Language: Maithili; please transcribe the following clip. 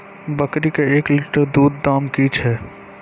बकरी के एक लिटर दूध दाम कि छ?